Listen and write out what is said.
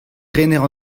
rener